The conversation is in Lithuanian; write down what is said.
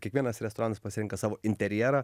kiekvienas restoranas pasirenka savo interjerą